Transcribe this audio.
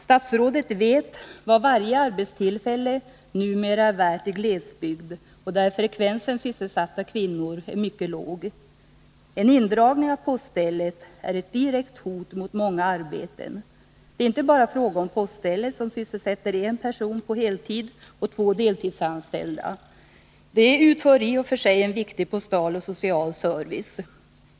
Statsrådet vet vad varje arbetstillfälle numera är värt i glesbygd, och där frekvensen sysselsatta kvinnor är mycket låg. En indragning av poststället är ett direkt hot mot många arbeten. Det är inte bara fråga om poststället, som sysselsätter en person på heltid och två deltidsanställda — de utför i och för sig en viktig postal och social service.